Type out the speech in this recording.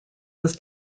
was